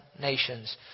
nations